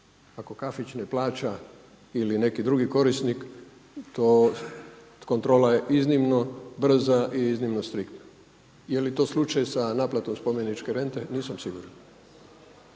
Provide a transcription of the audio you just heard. Ako kafić ne plaća ili neki drugi korisnik kontrola je iznimno brza i iznimno striktna. Je li to slučaj sa naplatom spomeničke rente nisam siguran.